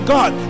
God